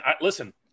listen